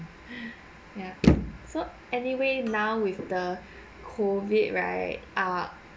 yeah so anyway now with the COVID right err